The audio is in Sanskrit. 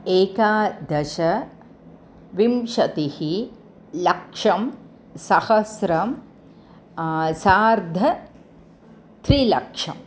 एकादश विंशतिः लक्षं सहस्रं सार्धत्रिलक्षम्